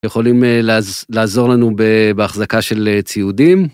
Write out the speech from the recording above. יכולים לעזור לנו בהחזקה של ציודים.